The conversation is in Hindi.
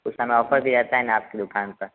उस समय ऑफर भी रहता है न आपकी दुकान पर